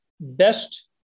best